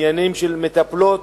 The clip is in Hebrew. עניינים של מטפלות,